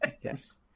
Yes